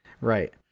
right